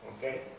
okay